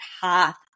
path